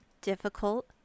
difficult